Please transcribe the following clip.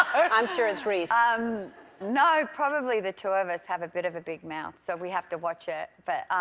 i'm sure it's reese. ah um no, probably the two of us have a bit of a big mouth. so we have to watch it. but